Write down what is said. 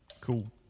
Cool